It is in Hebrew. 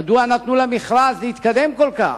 אבל מדוע נתנו למכרז להתקדם כל כך?